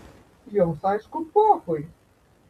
jums aišku pochui